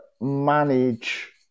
manage